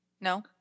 No